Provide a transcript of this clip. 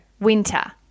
winter